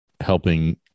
helping